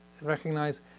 recognize